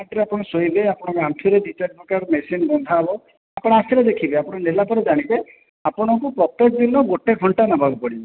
ମ୍ୟାଟରେ ଆପଣ ଶୋଇବେ ଆପଣଙ୍କ ଆଣ୍ଠୁ ରେ ଦୁଇ ଚାରି ପ୍ରକାର ମେସିନ ବନ୍ଧା ହେବ ଆପଣ ଆସିଲେ ଦେଖିବେ ଆପଣ ନେଲାପରେ ଜାଣିବେ ଆପଣଙ୍କୁ ପ୍ରତ୍ୟେକ ଦିନ ଗୋଟେ ଘଣ୍ଟା ନେବାକୁ ପଡ଼ିବ